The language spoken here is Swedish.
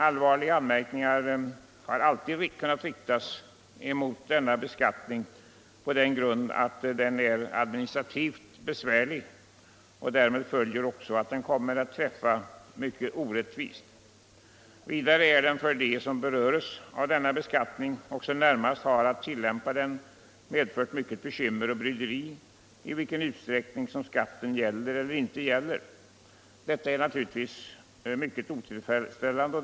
Allvarliga anmärkningar har alltid kunnat riktas mot denna beskattning på den grunden att den är administrativt besvärlig. Därmed följer också att den kommer att träffa mycket orättvist. Vidare har det för dem som beröres av denna beskattning och som närmast har att tillämpa den medfört mycket bekymmer och bryderi att avgöra i vilken utsträckning skatten gäller eller inte gäller. Det är naturligtvis mycket otillfredsställande.